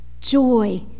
joy